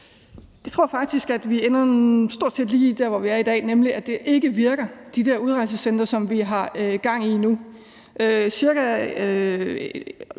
Jeg tror faktisk, at vi stort set ender lige der, hvor vi er i dag, nemlig at de her udrejsecentre, som vi har gang i nu, ikke